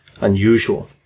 unusual